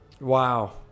Wow